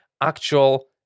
actual